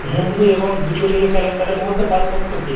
হিন্দু এবং গ্রিগোরিয় ক্যালেন্ডারের মধ্যে পার্থক্য কী